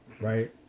right